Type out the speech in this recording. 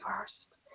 first